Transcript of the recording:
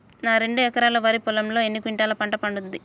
నా రెండు ఎకరాల వరి పొలంలో ఎన్ని క్వింటాలా పంట పండుతది?